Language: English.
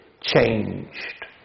changed